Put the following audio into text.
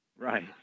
Right